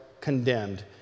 condemned